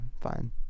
fine